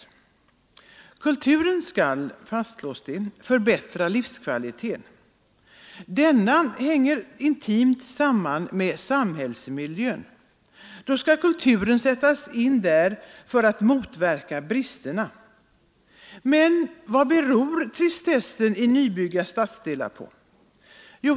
Kulturen skall, fastslås det, förbättra livskvaliteten. Denna hänger intimt samman med samhällsmiljön. Då skall kulturen in där för att motverka bristerna. Men vad beror tristessen i nybyggda stadsdelar på?